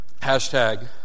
Hashtag